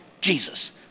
Jesus